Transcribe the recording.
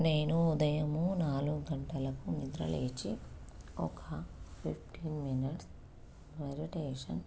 నేను ఉదయము నాలుగు గంటలకు నిద్రలేచి ఒక ఫిఫ్టీన్ మినిట్స్ మెడిటేషన్